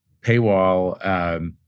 paywall